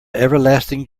everlasting